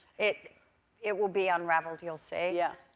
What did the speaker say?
it it will be unraveled. you'll see. yeah.